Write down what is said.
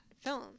film